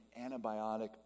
antibiotic